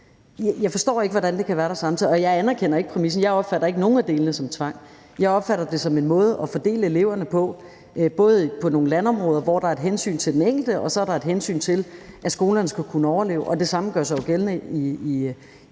Jeg forstår ikke, hvordan de ting kan være der samtidig. Og jeg anerkender ikke præmissen. Jeg opfatter ikke nogen af delene som tvang. Jeg opfatter det som en måde at fordele eleverne på i forhold til nogle landområder, hvor der er et hensyn til den enkelte, og hvor der er et hensyn til, at skolerne skal kunne overleve. Og det samme gør sig jo gældende i